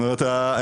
זאת אומרת,